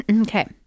Okay